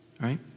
Right